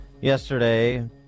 Yesterday